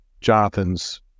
Jonathan's